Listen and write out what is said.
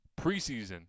preseason